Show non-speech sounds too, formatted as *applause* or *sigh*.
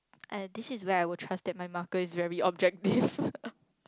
and this is where I would trust that my marker is very objective *laughs*